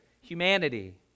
humanity